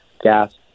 gas